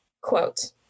Quote